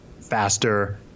faster